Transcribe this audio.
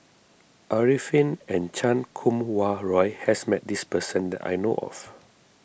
Arifin and Chan Kum Wah Roy has met this person that I know of